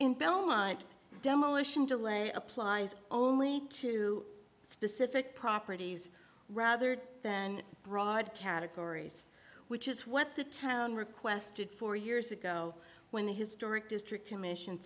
belmont demolition delay applies only to specific properties rather than broad categories which is what the town requested four years ago when the historic district commission